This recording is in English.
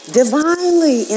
divinely